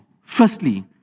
Firstly